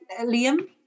Liam